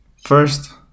first